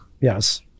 Yes